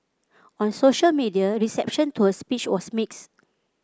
on social media reception to her speech was mixed